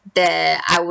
that I would